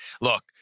Look